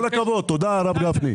כל הכבוד, תודה, הרב גפני.